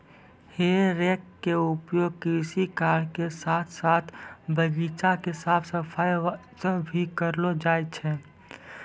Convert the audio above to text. हे रेक के उपयोग कृषि कार्य के साथॅ साथॅ बगीचा के साफ सफाई वास्तॅ भी करलो जाय छै